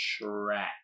Shrek